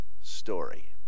story